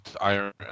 Iron